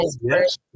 Yes